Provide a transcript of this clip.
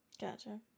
Gotcha